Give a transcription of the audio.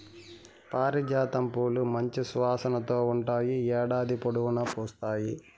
పారిజాతం పూలు మంచి సువాసనతో ఉంటాయి, ఏడాది పొడవునా పూస్తాయి